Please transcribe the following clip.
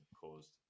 caused